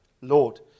Lord